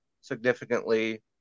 significantly